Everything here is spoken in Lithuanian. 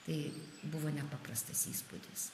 tai buvo nepaprastas įspūdis